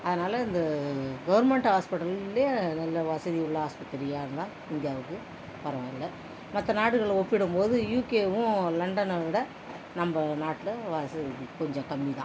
அதனால் இந்த கவர்மண்ட் ஹாஸ்பிட்டல்லே நல்ல வசதி உள்ள ஆஸ்பத்திரியாக இருந்தால் இந்தியாவுக்கு பரவாயில்லை மற்ற நாடுகளை ஒப்பிடும் போது யூகேவும் லண்டனை விட நம்ம நாட்டில் வசதி கொஞ்சம் கம்மி தான்